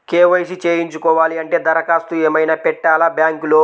KYC చేయించుకోవాలి అంటే దరఖాస్తు ఏమయినా పెట్టాలా బ్యాంకులో?